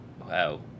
Wow